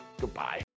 Goodbye